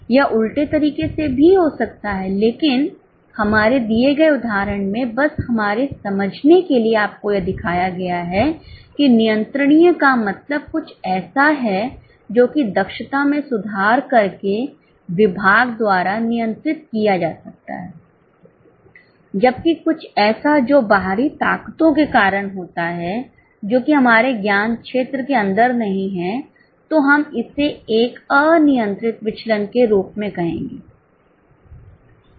यह उल्टे तरीके से भी हो सकता है लेकिन हमारे दिए गए उदाहरण में बस हमारे समझने के लिए आपको यह दिखाया गया है कि नियंत्रणीय का मतलब कुछ ऐसा है जो कि दक्षता में सुधार करके विभाग द्वारा नियंत्रित किया जा सकता है जबकि कुछ ऐसा जो बाहरी ताक़तों के कारण होता है जो कि हमारे ज्ञान क्षेत्र के अंदर नहीं है तो हम इसे एक अनियंत्रित विचलन के रूप में कहेंगे